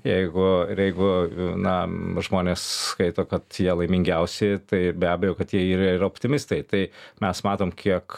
jeigu ir jeigu na žmonės skaito kad jie laimingiausi tai be abejo kad jie yra ir optimistai tai mes matom kiek